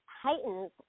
heightens